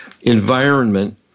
environment